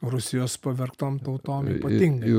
rusijos pavergtom tautom ypatingai